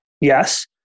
Yes